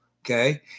okay